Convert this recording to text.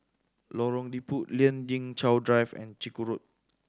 Lorong Liput Lien Ying Chow Drive and Chiku Road